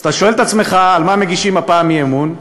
אז אתה שואל את עצמך, על מה מגישים הפעם אי-אמון?